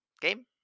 game